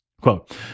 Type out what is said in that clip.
Quote